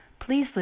please